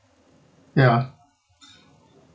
ya